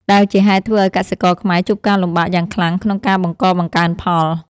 ដែលជាហេតុធ្វើឱ្យកសិករខ្មែរជួបការលំបាកយ៉ាងខ្លាំងក្នុងការបង្កបង្កើនផល។